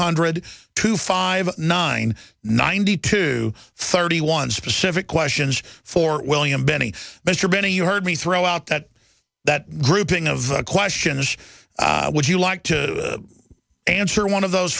hundred two five nine ninety two thirty one specific questions for william benny mr benny you heard me throw out that that grouping of questions would you like to answer one of those